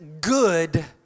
good